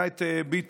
היה את ביטון.